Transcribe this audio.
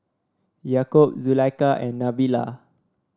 Yaakob Zulaikha and Nabila